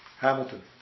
Hamilton